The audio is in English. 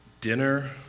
dinner